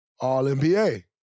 All-NBA